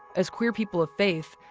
as queer people of faith,